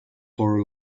for